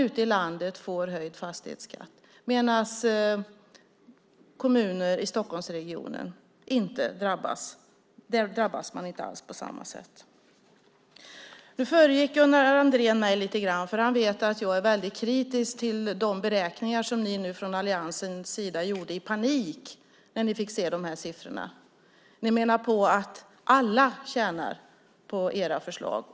Ute i landet blir det höjd fastighetsskatt, medan man i kommuner i Stockholmsregionen inte alls drabbas på samma sätt. Gunnar Andrén föregick mig lite grann. Han vet att jag är väldigt kritisk till de beräkningar som ni från alliansens sida i panik gjorde när ni fick se de här siffrorna. Ni menar att alla tjänar på era förslag.